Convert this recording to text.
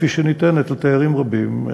כפי שניתנת לתיירים רבים,